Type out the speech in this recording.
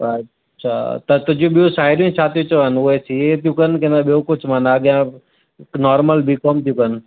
अछा त तुंहिंजी ॿियूं साहिड़ियूं छा थियूं चवनि उहे सी ए थियूं कनि किन ॿियो कुझु माना अॻियां नोर्मल बी कॉम थियूं कनि